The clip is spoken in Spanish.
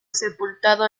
sepultado